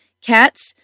cats